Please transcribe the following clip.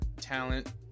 talent